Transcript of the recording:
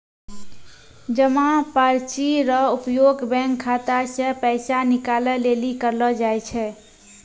जमा पर्ची रो उपयोग बैंक खाता से पैसा निकाले लेली करलो जाय छै